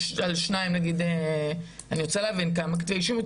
שניים נגיד אני רוצה להבין כמה כתבי אישום.